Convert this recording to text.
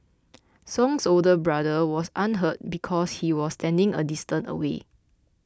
Song's older brother was unhurt because he was standing a distance away